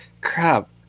Crap